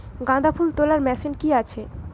গাঁদাফুল তোলার কোন মেশিন কি আছে?